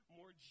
more